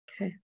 Okay